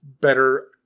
better